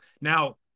Now